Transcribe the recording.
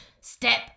Step